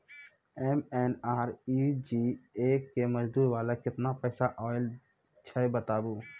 MNREGA के मज़दूरी वाला केतना पैसा आयल छै बताबू?